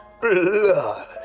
blood